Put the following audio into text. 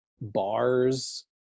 bars